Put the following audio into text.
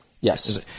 Yes